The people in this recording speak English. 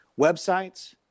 Websites